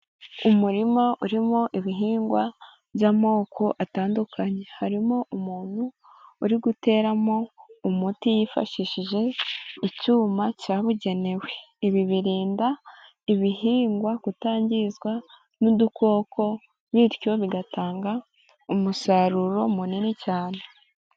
Umurima urimo ibihingwa by'amoko atandukanye, harimo umuntu uri guteramo umuti yifashishije icyuma cyabugenewe. Ibi birinda ibihingwa kutangizwa n'udukoko bityo bigatanga umusaruro munini cyane.